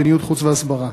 מדיניות חוץ והסברה.